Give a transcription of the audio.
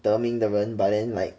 德明的人 but then like